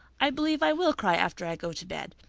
i believe i will cry after i go to bed.